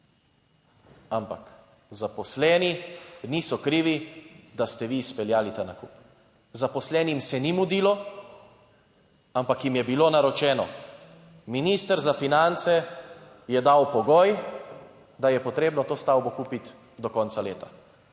Ampak zaposleni niso krivi, da ste vi speljali ta nakup. Zaposlenim se ni mudilo, ampak jim je bilo naročeno. Minister za finance je dal pogoj, da je potrebno to stavbo kupiti do konca leta.